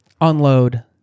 unload